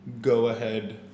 go-ahead